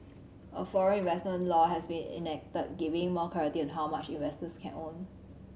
a foreign investment law has been enacted giving more clarity on how much investors can own